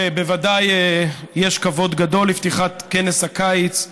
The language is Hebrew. ובוודאי יש כבוד גדול לפתיחת כנס הקיץ,